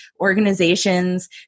organizations